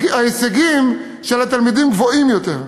ההישגים של התלמידים גבוהים יותר.